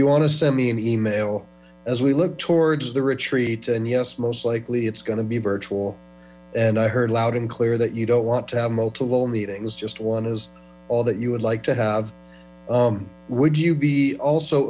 you want to send me an email as we look towards the retreat and yes most likely it's going to be virtual and i heard loud and clear that you don't want to have multiple meetings just one is all that you would like to have would you be also